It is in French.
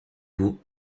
vous